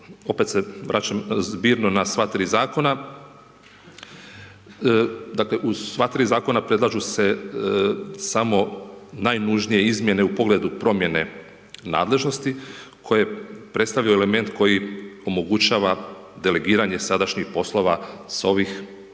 opet se vraćam zbirno na sva 3 zakona. U sva 3 zakona predlažu se samo najnužnije izmjene u pogledu promjene nadležnosti koje predstavljaju element koji omogućava delegiranje sadašnjih poslova s ovih institucija